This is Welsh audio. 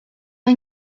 mae